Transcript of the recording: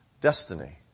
destiny